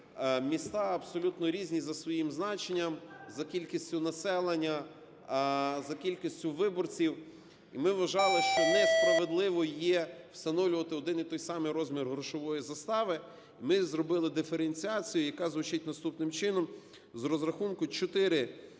Міста абсолютно різні за своїм значенням за кількістю населення, за кількістю виборців. І ми вважали, що несправедливо є встановлювати один і той самий розмір грошової застави. Ми зробили диференціацію, яка звучить наступним чином: "з розрахунку 4